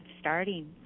starting